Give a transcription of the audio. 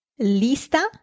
Lista